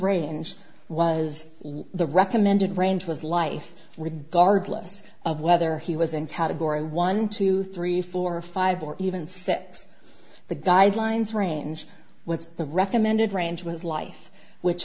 range was the recommended range was life regardless of whether he was in category one two three four five or even set the guidelines range what's the recommended range of his life which